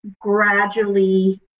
gradually